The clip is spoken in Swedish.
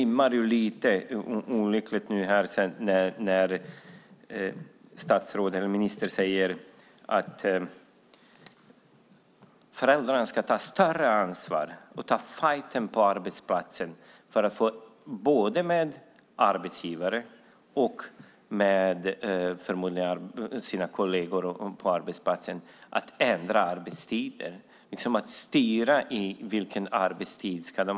Ministern säger att föräldrarna ska ta större ansvar och ta fajten på arbetsplatsen, både med arbetsgivaren och sina kolleger, för att ändra arbetstiden och styra vilken arbetstid de ska ha.